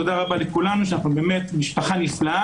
תודה רבה לכולנו שאנחנו באמת משפחה נפלאה